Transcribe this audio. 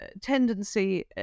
tendency